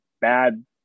bad